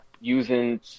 using